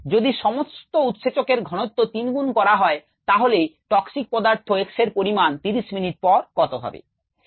যদি সমস্ত উৎসেচক এর ঘনত্ব তিনগুণ করা হয় তাহলেই টক্সিক পদার্থ X এর পরিমাণ 30 মিনিট পর কত হবে